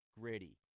gritty